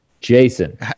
Jason